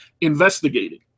investigating